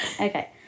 okay